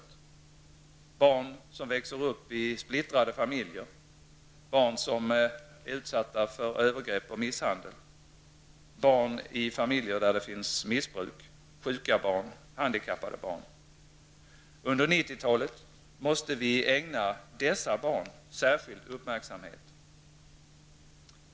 Det gäller barn som växer upp i splittrade familjer, barn som är utsatta för övergrepp och misshandel, barn i familjer där det förekommer missbruk, sjuka barn och handikappade barn. Under 90-talet måste vi ägna dessa barn särskild uppmärksamhet.